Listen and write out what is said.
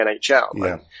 NHL